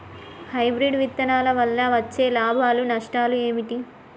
Hybrid విత్తనాల వల్ల వచ్చే లాభాలు నష్టాలు ఏమిటి?